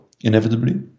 inevitably